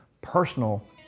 personal